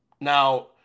Now